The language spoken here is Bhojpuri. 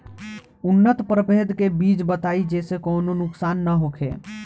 उन्नत प्रभेद के बीज बताई जेसे कौनो नुकसान न होखे?